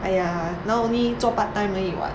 !aiya! now only 做 part time 而已 [what]